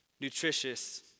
nutritious